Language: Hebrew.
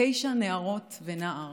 תשע נערות ונער,